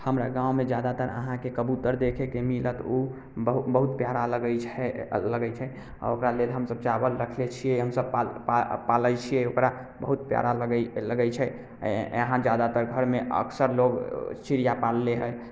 हमरा गाँवमे ज्यादातर अहाँके कबूतर देखयके मिलत ओ बहुत बहुत प्यारा लगै छै लगै छै आ ओकरा लेल हमसभ चावल रखने छियै हमसभ ओकरा पा पा पालै छियै ओकरा बहुत प्यारा लगै लगै लगै छै यहाँ ज्यादातर घरमे अक्सर लोग चिड़िया पालने हइ